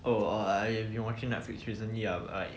oh err I have been watching Netflix recently ah but like